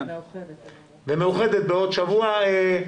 ומאוחדת בעוד שבוע.